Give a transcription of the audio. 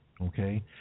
Okay